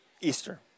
Easter